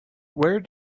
where